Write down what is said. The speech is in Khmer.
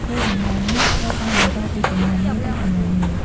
កេរដំណែលនេះត្រូវបានបន្តពីជំនាន់មួយទៅជំនាន់មួយ។